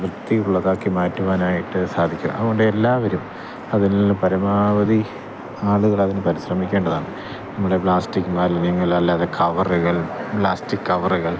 വൃത്തിയുള്ളതാക്കി മാറ്റുവാനായിട്ട് സാധിക്കു അതുകൊണ്ട് എല്ലാവരും അതിനുള്ള പരമാവധി ആളുകളതിന് പരിശ്രമിക്കേണ്ടതാണ് നമ്മുടെ പ്ലാസ്റ്റിക് മാലിന്യങ്ങളല്ലാതെ കവറുകൾ പ്ലാസ്റ്റിക് കവറുകൾ